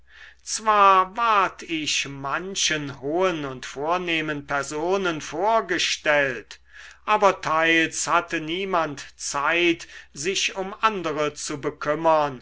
zwar ward ich manchen hohen und vornehmen personen vorgestellt aber teils hatte niemand zeit sich um andere zu bekümmern